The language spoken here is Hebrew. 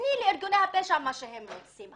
ואתן לארגוני הפשע מה שהם רוצים.